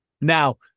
Now